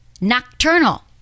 nocturnal